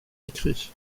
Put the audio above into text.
écrit